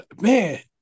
Man